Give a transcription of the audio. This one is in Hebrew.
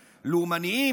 לאומניים,